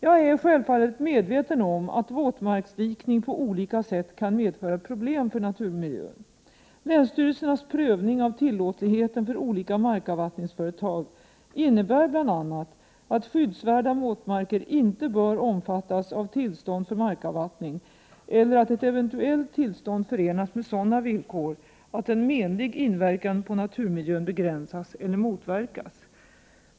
Jag är självfallet medveten om att våtmarksdikning på olika sätt kan medföra problem för naturmiljön. Länsstyrelsernas prövning av tillåtligheten för olika markavvattningsföretag innebär bl.a. att skyddsvärda våtmarker inte bör omfattas av tillstånd för markavvattning eller att ett eventuellt tillstånd förenas med sådana villkor att en menlig inverkan på naturmiljön begränsas eller motverkas.